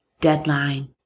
deadline